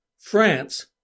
France